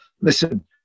listen